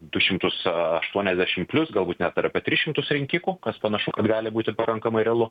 du šimtus aštuoniasdešim plius galbūt net ir apie tris šimtus rinkikų kas panašu kad gali būt ir pakankamai realu